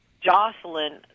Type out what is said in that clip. Jocelyn